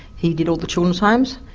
he did all the children's homes,